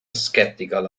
skeptical